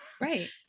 Right